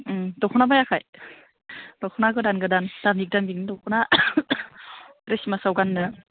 दख'ना बायाखै दख'ना गोदान गोदान दामि दामिनि दख'ना ख्रिस्टमासआव गाननो